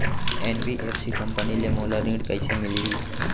NBFC company ले मोला ऋण कइसे मिलही?